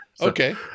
Okay